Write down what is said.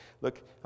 Look